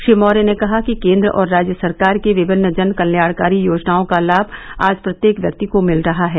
श्री मौर्य ने कहा कि केंद्र और राज्य सरकार की विभिन्न जन कल्याणकारी योजनाओं का लाभ आज प्रत्येक व्यक्ति को मिल रहा है